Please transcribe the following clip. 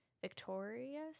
Victorious